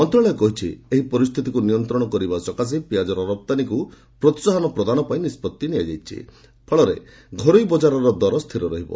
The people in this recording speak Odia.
ମନ୍ତ୍ରଶାଳୟ କହିଛି ଏହି ପରିସ୍ଥିତିକୁ ନିୟନ୍ତ୍ରଣ କରିବା ପାଇଁ ପିଆଜର ରପ୍ତାନୀକୁ ପ୍ରୋହାହନ ପ୍ରଦାନ ପାଇଁ ନିଷ୍କଭି ନିଆଯାଇଛି ଯାହାଫଳରେ ଘରୋଇ ବଜାରର ଦର ସ୍ଥିର ରହିବ